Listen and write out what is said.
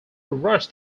rush